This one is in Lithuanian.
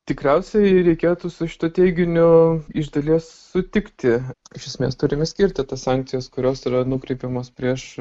tikriausiai reikėtų su šituo teiginiu iš dalies sutikti iš esmės turime skirti tas sankcijas kurios yra nukreipiamos prieš